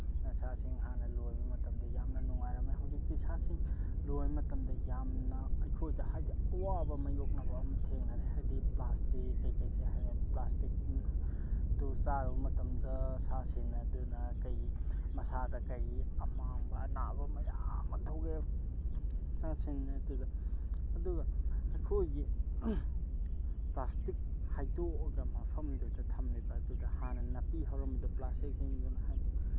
ꯁꯥꯁꯤꯡ ꯍꯥꯟꯅ ꯂꯣꯏꯕ ꯃꯇꯝꯗ ꯌꯥꯝꯅ ꯅꯨꯡꯉꯥꯏꯔꯝꯃꯤ ꯍꯧꯖꯤꯛꯇꯤ ꯁꯥꯁꯤꯡ ꯂꯣꯏꯕ ꯃꯇꯝꯗ ꯌꯥꯝꯅ ꯑꯩꯈꯣꯏꯗ ꯍꯥꯏꯕꯗꯤ ꯑꯋꯥꯕ ꯃꯥꯌꯣꯛꯅꯕ ꯑꯃ ꯊꯦꯡꯅꯔꯦ ꯍꯥꯏꯕꯗꯤ ꯄ꯭ꯂꯥꯁꯇꯤꯛ ꯀꯩꯀꯩꯁꯤ ꯄ꯭ꯂꯥꯁꯇꯤꯛ ꯇꯨ ꯆꯥꯔꯨꯕ ꯃꯇꯝꯗ ꯁꯥꯁꯤꯡ ꯑꯗꯨꯅ ꯀꯩ ꯃꯁꯥꯗ ꯀꯩ ꯑꯃꯥꯡꯕ ꯑꯅꯥꯕ ꯃꯌꯥꯝ ꯑꯃ ꯊꯣꯛꯑꯦ ꯁꯥꯁꯤꯡ ꯑꯗꯨꯗ ꯑꯗꯨꯒ ꯑꯩꯈꯣꯏꯒꯤ ꯄ꯭ꯂꯥꯁꯇꯤꯛ ꯍꯩꯗꯣꯛꯑꯒ ꯃꯐꯝꯗꯨꯗ ꯊꯝꯂꯤꯕ ꯑꯗꯨꯗ ꯍꯥꯟꯅ ꯅꯥꯄꯤ ꯍꯧꯔꯝꯕꯗꯣ ꯄ꯭ꯂꯥꯁꯇꯤꯛꯁꯤꯡꯁꯤꯅ ꯍꯥꯏꯕꯗꯤ